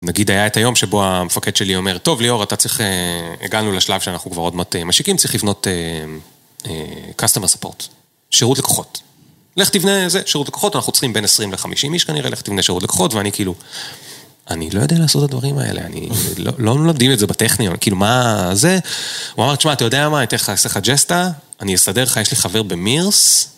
נגיד היה את היום שבו המפקד שלי אומר, "טוב ליאור, אתה צריך... הגענו לשלב שאנחנו כבר עוד מעט משיקים, צריך לבנות customer support - שירות לקוחות. לך תבנה שירות לקוחות, אנחנו צריכים בין 20 ל-50 איש כנראה, לך תבנה שירות לקוחות". ואני, כאילו, אני לא יודע לעשות את הדברים האלה, אני... לא מלמדים את זה בטכניון, כאילו, מה... זה? הוא אמר, "תשמע, אתה יודע מה? אני אעשה לך ג'סטה, אני אסדר לך, יש לי חבר במירס..."